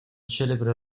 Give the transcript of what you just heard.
celebre